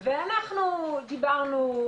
אנחנו דיברנו,